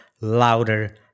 louder